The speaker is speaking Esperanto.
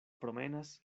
promenas